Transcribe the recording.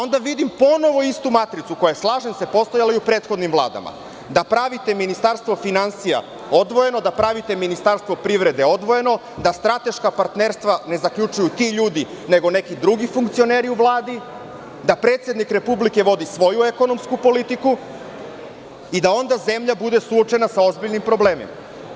Onda vidim ponovo istu matricu, koja slažem se postojala i u prethodnim vladama, da pravite Ministarstvo finansija odvojeno, da pravite Ministarstvo privrede odvojeno, da strateška partnerstva ne zaključuju ti ljudi, nego neki drugi funkcioneri u Vladi, da predsednik Republike vodi svoju ekonomsku politiku, i da onda zemlja bude suočena sa ozbiljnim problemima.